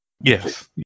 Yes